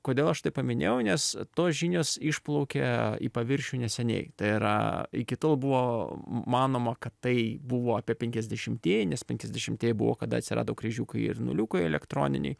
kodėl aš tai paminėjau nes tos žinios išplaukia į paviršių neseniai tai yra iki tol buvo manoma kad tai buvo apie penkiasdešimtieji nes penkiasdešimtieji buvo kada atsirado kryžiukai ir nuliukai elektroniniai